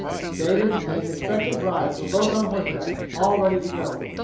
david and his expectant bride were both on horseback, all ready to go.